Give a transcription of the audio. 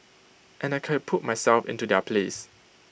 and I can put myself into their place